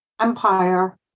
empire